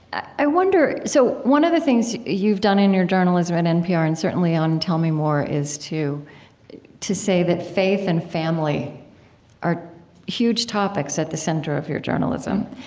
i wonder so one of the things you've done in your journalism at npr and certainly on tell me more is to to say that faith and family are huge topics at the center of your journalism.